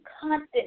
constant